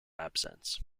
absence